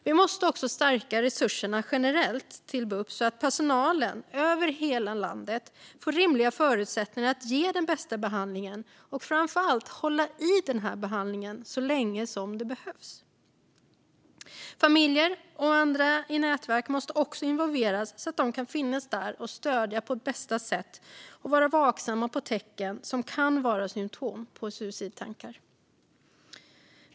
Vi måste stärka resurserna generellt till bup, så att personalen över hela landet får rimliga förutsättningar att ge den bästa behandlingen och, framför allt, hålla i behandlingen så länge som det behövs. Familjer och andra nätverk måste också involveras så att de kan finnas där och stödja på bästa sätt och vara vaksamma på tecken som kan vara symtom på suicidtankar.